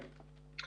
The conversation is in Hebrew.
כן.